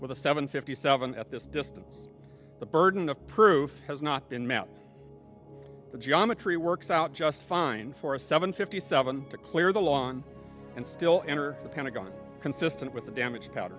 with a seven fifty seven at this distance the burden of proof has not been met the geometry works out just fine for a seven fifty seven to clear the lawn and still enter the pentagon consistent with the damage counter